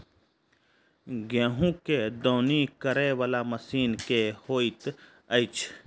गेंहूँ केँ दौनी करै वला मशीन केँ होइत अछि?